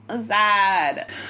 sad